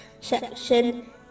section